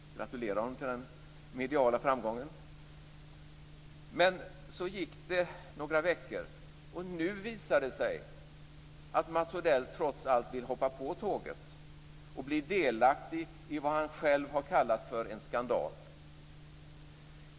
Jag gratulerar honom till den mediala framgången. Så gick det några veckor. Nu visar det sig att Mats Odell trots allt vill hoppa på tåget och bli delaktig i vad han själv har kallat för en skandal.